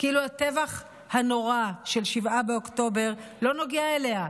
כאילו הטבח הנורא של 7 באוקטובר לא נוגע אליה,